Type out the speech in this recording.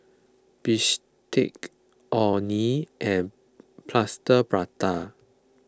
Bistake Orh Nee and Plaster Prata